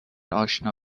اشنا